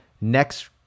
next